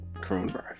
coronavirus